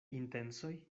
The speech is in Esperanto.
intencoj